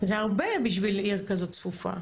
זה הרבה בשביל עיר כזאת צפופה.